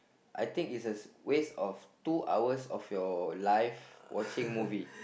I think is as waste of two hours of your life watching movie